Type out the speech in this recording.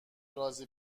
رازی